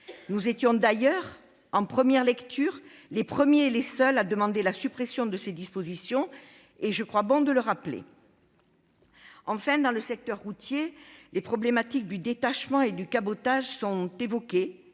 nous étions d'ailleurs les premiers et les seuls à demander la suppression de ces dispositions. Je crois qu'il est bon de le rappeler. Enfin, dans le secteur routier, les problématiques du détachement et du cabotage sont évoquées,